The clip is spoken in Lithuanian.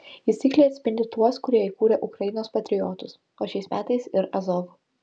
jis tiksliai atspindi tuos kurie įkūrė ukrainos patriotus o šiais metais ir azov